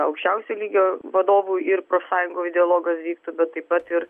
aukščiausio lygio vadovų ir profsąjungoj dialogas vyktų bet taip pat ir